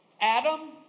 Adam